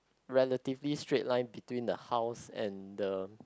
relatively straight line between the house and the